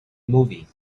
movie